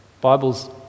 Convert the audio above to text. Bibles